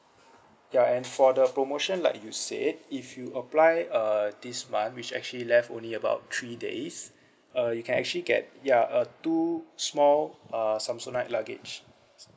ya and for the promotion like you said if you apply uh this month which actually left only about three days uh you can actually get ya uh two small uh samsonite luggage